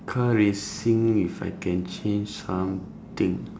car racing if I can change something